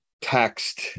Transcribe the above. text